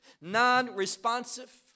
non-responsive